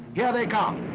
yeah they come.